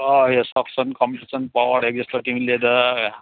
अँ यो suction combustion power exhauster तिमीले त